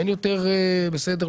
אין יותר, בסדר?